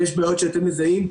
אם יש בעיות שאתם מזהים,